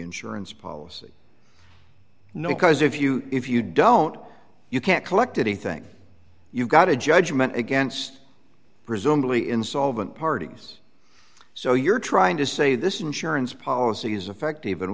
insurance policy no because if you if you don't you can't collect anything you've got a judgment against presumably insolvent parties so you're trying to say this insurance policies affect